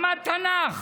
למד תנ"ך,